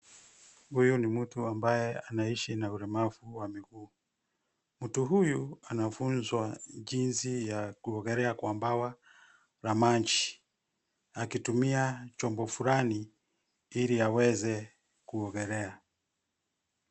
Huyu ni mtu ambaye anaishi na ulemavu wa miguu. Mtu huyu anafunzwa jinsi ya kuogelea kwa bwawa la maji akitumia chombo fulani ili aweze kuogelea.